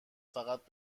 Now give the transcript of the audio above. فقط